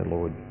Lord